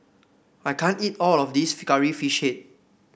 I can't eat all of this Curry Fish Head